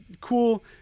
Cool